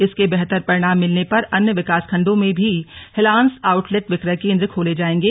इसके बेहतर परिणाम मिलने पर अन्य विकासखंडों में भी हिलांस आउटलेट विक्रय केन्द्र खोले जाएंगे